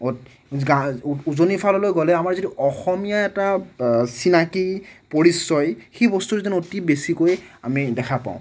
অত গা উজনিৰ ফালেলৈ গ'লে আমাৰ যিটো অসমীয়া এটা চিনাকী পৰিচয় সেই বস্তুটো যেন অতি বেছিকৈ আমি দেখা পাওঁ